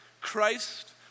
Christ